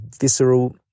visceral